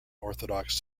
orthodox